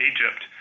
Egypt